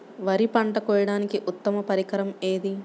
వరి పంట కోయడానికి ఉత్తమ పరికరం ఏది?